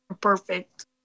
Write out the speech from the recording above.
Perfect